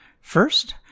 First